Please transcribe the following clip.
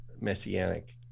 messianic